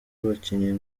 abakinnyi